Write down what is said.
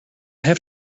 have